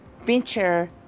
venture